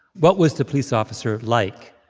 what was the police officer like?